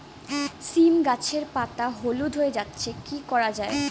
সীম গাছের পাতা হলুদ হয়ে যাচ্ছে কি করা যাবে?